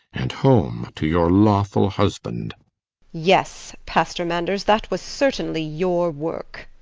and home to your lawful husband yes, pastor manders, that was certainly your work.